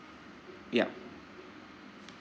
yup